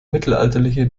mittelalterliche